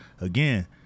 again